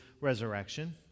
resurrection